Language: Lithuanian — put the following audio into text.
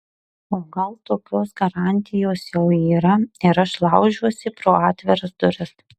o gal tokios garantijos jau yra ir aš laužiuosi pro atviras duris